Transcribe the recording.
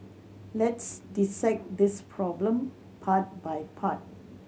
let's dissect this problem part by part